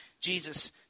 Jesus